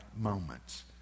moments